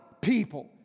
people